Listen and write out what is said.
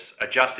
adjusting